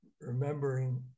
Remembering